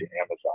Amazon